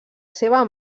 seva